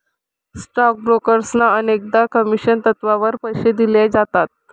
stock ब्रोकर्सना अनेकदा commission तत्त्वावर पैसे दिले जातात